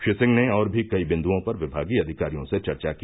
श्री सिंह ने और भी कई बिन्द्रओं पर विभागीय अधिकारियों से चर्चा की